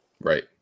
Right